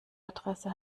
adresse